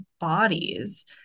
bodies